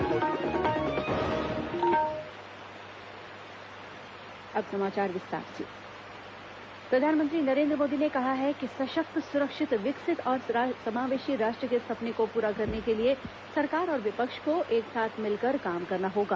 धन्यवाद प्रस्ताव प्रधानमंत्री प्रधानमंत्री नरेंद्र मोदी ने कहा है कि सशक्त सुरक्षित विकसित और समावेशी राष्ट्र के सपने को पूरा करने के लिए सरकार और विपक्ष को एक साथ मिलकर काम करना होगा